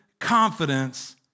confidence